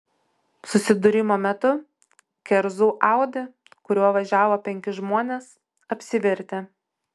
susidūrimo metu kerzų audi kuriuo važiavo penki žmonės apsivertė